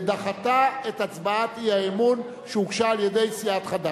ודחתה את הצעת האי-אמון שהוגשה על-ידי סיעת חד"ש.